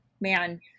man